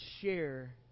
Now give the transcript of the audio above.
share